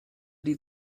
die